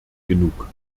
genug